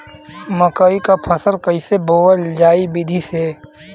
मकई क फसल कईसे बोवल जाई विधि से?